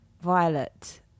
violet